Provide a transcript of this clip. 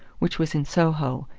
which was in soho,